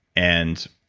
and